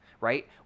right